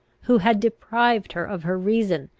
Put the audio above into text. who had deprived her of her reason,